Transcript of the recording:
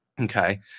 okay